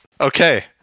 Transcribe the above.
okay